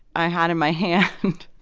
i had in my hand,